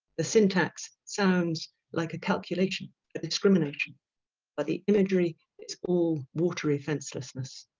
the syntax sounds like a calculation a discrimination but the imagery is all watery fencelessness